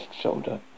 shoulder